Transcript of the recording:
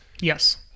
Yes